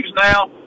now